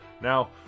Now